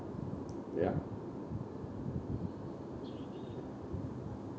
ya